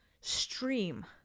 stream